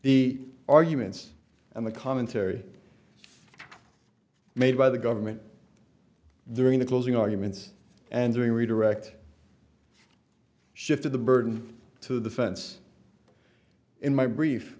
the arguments and the commentary made by the government during the closing arguments and doing redirect shifted the burden to the fence in my brief